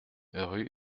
rue